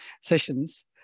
sessions